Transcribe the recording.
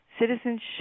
citizenship